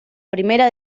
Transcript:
primera